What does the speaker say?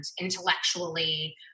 intellectually